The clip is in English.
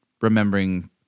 remembering –